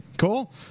cool